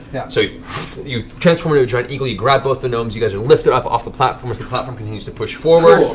yeah so you you transform into a giant eagle, you grab both the gnomes, you guys are lifted up off the platform as the platform continues to push forward.